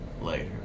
later